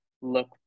look